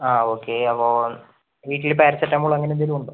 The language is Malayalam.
ഓക്കെ അപ്പം വീട്ടിൽ പാരസിറ്റമോള് അങ്ങനെ എന്തെങ്കിലും ഉണ്ടോ